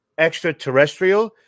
extraterrestrial